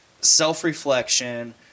Self-reflection